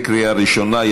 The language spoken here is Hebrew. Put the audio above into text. קריאה ראשונה.